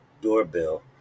doorbell